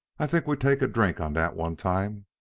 i t'ink we take a drink on dat one time,